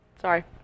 Sorry